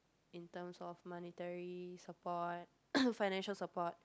in terms of monetary support financial support